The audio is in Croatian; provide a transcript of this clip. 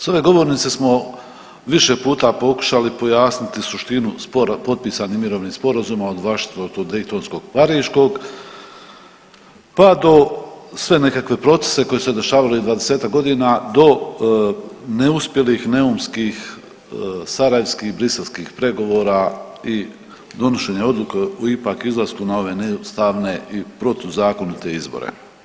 S ove govornice smo više puta pokušali pojasniti suštinu potpisanih mirovnih sporazuma od whashingtonskog, daytonskog, pariškog pa do sve nekakve procese koji su se dešavali 20-ak godina do neuspjelih neumskih, sarajevskih, briselskih pregovora i donošenja odluke o ipak izlasku na ove neustavne i protuzakonite izbore.